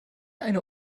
eine